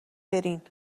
برین